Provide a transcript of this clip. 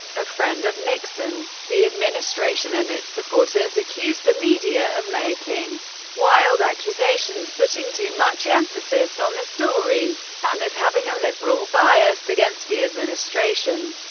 a friend of nixon. the administration and its supporters accused the media of making wild accusations, putting too much emphasis on the story, and of having a liberal bias against the administration.